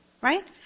Right